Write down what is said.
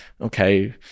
okay